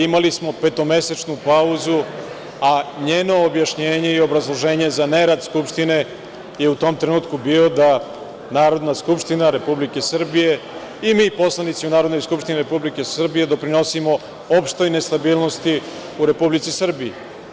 Imali smo petomesečnu pauzu, a njeno objašnjenje i obrazloženje za nerad Skupštine je u tom trenutku bio da Narodna skupština Republike Srbije i mi poslanici u Narodnoj skupštini Republike Srbije doprinosimo opštoj nestabilnosti u Republici Srbiji.